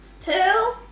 two